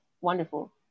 wonderful